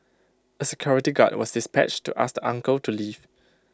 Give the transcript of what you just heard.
A security guard was dispatched to ask uncle to leave